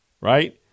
right